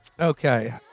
Okay